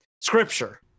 scripture